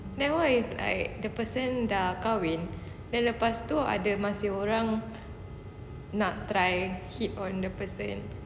then what if like the person dah kahwin then lepas tu ada masih orang nak try hit on the person